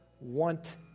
want